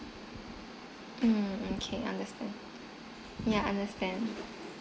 mm okay understand yeah understand